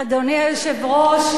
אדוני היושב-ראש,